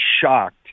shocked